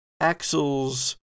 Axel's